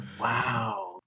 Wow